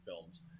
films